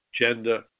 gender